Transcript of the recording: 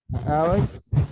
Alex